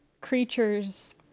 creatures